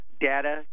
data